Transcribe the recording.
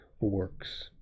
works